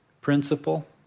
principle